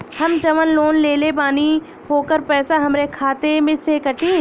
हम जवन लोन लेले बानी होकर पैसा हमरे खाते से कटी?